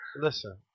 Listen